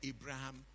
Abraham